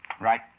Right